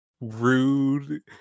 rude